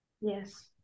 yes